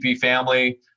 family